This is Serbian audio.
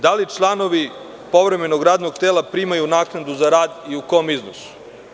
Da li članovi povremenog radnog tela primaju naknadu za rad i u kom iznosu?